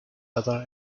other